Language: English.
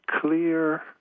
clear